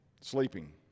sleeping